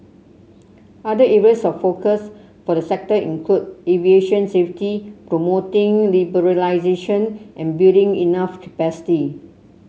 other areas of focus for the sector include aviation safety promoting liberalisation and building enough capacity